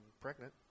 pregnant